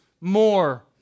more